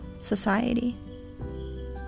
society